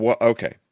Okay